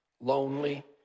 lonely